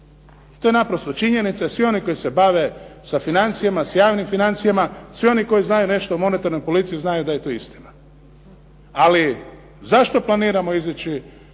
To je naprosto činjenica i svi oni koji se bave sa financijama, sa javnim financijama, svi oni koji znaju nešto o monetarnoj politici znaju da je to istina. Ali zašto planiramo izići